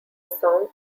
song